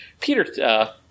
Peter